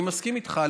אני מסכים איתך,